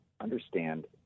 understand